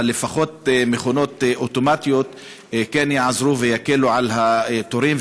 אבל לפחות מכונות אוטומטיות כן יעזרו ויקלו את התורים,